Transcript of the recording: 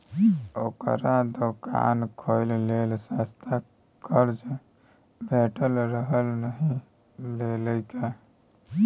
ओकरा दोकान खोलय लेल सस्ता कर्जा भेटैत रहय नहि लेलकै